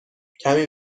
کمی